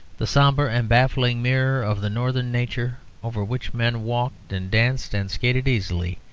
the sombre and baffling mirror of the northern nature, over which men walked and danced and skated easily,